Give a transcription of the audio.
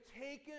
taken